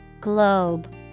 Globe